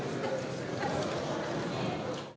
Hvala